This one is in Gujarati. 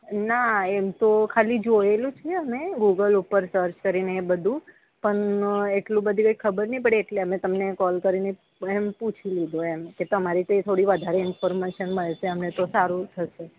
ના એમ તો ખાલી જોયેલું છે અમે ગૂગલ ઉપર સર્ચ કરીને બધું પણ એટલું બધી કંઈ ખબર નહીં પડે એટલે અમે તમને કોલ કરીને એમ પૂછી લીધું એમ કે તમારે કંઈ થોડી વધારે ઇન્ફોર્મેશન મળશે અમને તો સારું થશે